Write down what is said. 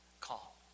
call